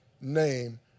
name